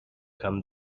come